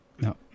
No